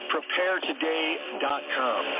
PrepareToday.com